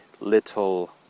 little